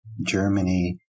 Germany